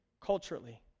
culturally